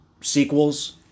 sequels